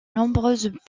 nombreuses